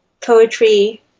poetry